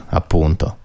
appunto